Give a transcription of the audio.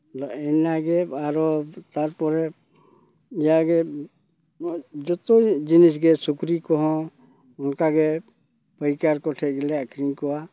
ᱟᱫᱚ ᱤᱱᱟᱹ ᱜᱮ ᱟᱨᱚ ᱛᱟᱨᱯᱚᱨᱮ ᱤᱭᱟᱹ ᱜᱮ ᱡᱚᱛᱚ ᱡᱤᱱᱤᱥ ᱜᱮ ᱥᱩᱠᱨᱤ ᱠᱚᱦᱚᱸ ᱚᱱᱠᱟ ᱜᱮ ᱯᱟᱹᱭᱠᱟᱹᱨ ᱠᱚ ᱴᱷᱮᱱ ᱜᱮᱞᱮ ᱟᱠᱷᱨᱤᱧ ᱠᱚᱣᱟ